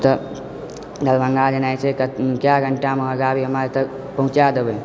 तऽ दरभङ्गा जेनाइ छै तऽ कए घण्टामे अहाँ गाड़ी हमरा एतऽ पहुंँचा देबए